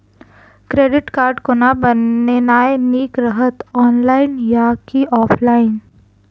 Credit card कोना बनेनाय नीक रहत? ऑनलाइन आ की ऑफलाइन?